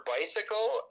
bicycle